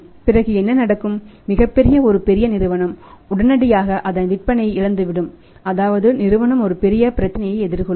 பிறகு என்ன நடக்கும் மிகப்பெரிய ஒரு பொது நிறுவனம் உடனடியாக அதன் விற்பனையை இழந்தந்துவிடும் அதாவது நிறுவனம் ஒரு பெரிய பிரச்சனையை எதிர்கொள்ளும்